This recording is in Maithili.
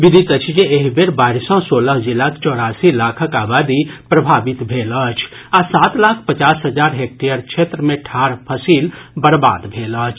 विदित अछि जे एहि बेर बाढ़ि सँ सोलह जिलाक चौरासी लाखक आबादी प्रभावित भेल अछि आ सात लाख पचास हजार हेक्टेयर क्षेत्र मे ठाढ़ फसिल बर्वाद भेल अछि